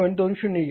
20 येईल